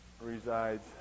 resides